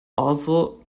also